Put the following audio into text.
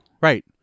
Right